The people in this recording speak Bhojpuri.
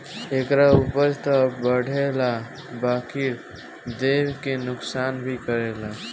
एकरा उपज त बढ़ेला बकिर देह के नुकसान भी करेला